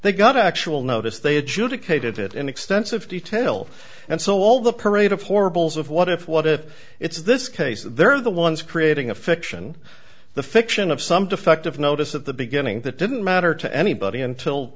they got actual notice they adjudicated it in extensive detail and so all the parade of horribles of what if what if it's this case they're the ones creating a fiction the fiction of some defective notice at the beginning that didn't matter to anybody until